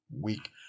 week